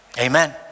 Amen